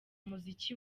umuziki